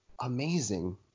amazing